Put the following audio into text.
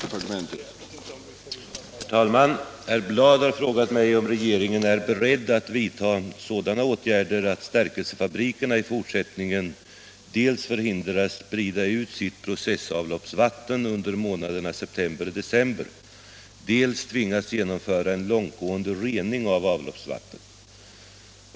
367, och anförde: Herr talman! Herr Bladh har frågat mig om regeringen är beredd att vidta sådana åtgärder att stärkelsefabrikerna i fortsättningen dels förhindras sprida ut sitt processavloppsvatten under månaderna september-december, dels tvingas genomföra en långtgående rening av avloppsvattnet.